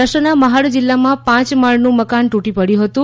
મહારાષ્ટ્રના મહાડ જિલ્લામાં પાંચ માળનું મકાન તૂટી પડયું હતું